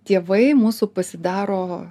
tėvai mūsų pasidaro